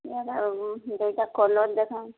ଏଇଟା ଦୁଇଟା କଲର୍ ଦେଖାନ୍ତୁ